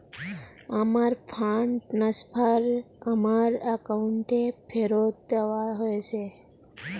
আমার fund transfer আমার অ্যাকাউন্টে ফেরত দেওয়া হয়েছে